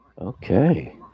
okay